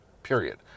Period